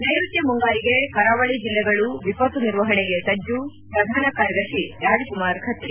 ನೈರುತ್ಯ ಮುಂಗಾರಿಗೆ ಕರಾವಳಿ ಜಿಲ್ಲೆಗಳು ವಿಪತ್ತು ನಿರ್ವಹಣೆಗೆ ಸಜ್ಜು ಪ್ರಧಾನ ಕಾರ್ಯದರ್ಶಿ ರಾಜ್ಕುಮಾರ್ ಖತ್ರಿ